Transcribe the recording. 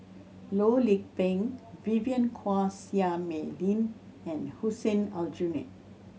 Loh Lik Peng Vivien Quahe Seah Mei Lin and Hussein Aljunied